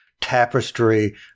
tapestry